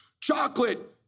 chocolate